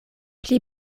pli